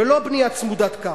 ולא בנייה צמודת קרקע.